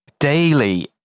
daily